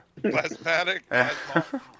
Plasmatic